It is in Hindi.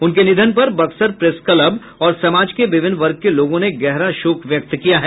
उनके निधन पर बक्सर प्रेस क्लब और समाज के विभिन्न वर्ग के लोगों ने गहरा शोक व्यक्त किया है